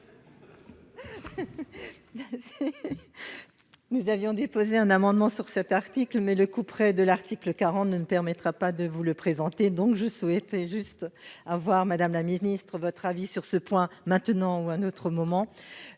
Nous avions déposé un amendement sur cet article, mais il est tombé sous le couperet de l'article 40, ce qui ne me permettra pas de vous le présenter. Je souhaitais juste avoir, madame la ministre, votre avis sur un point, maintenant ou à un autre moment.